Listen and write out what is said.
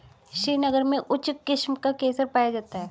श्रीनगर में उच्च किस्म का केसर पाया जाता है